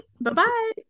Bye-bye